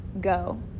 go